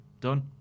done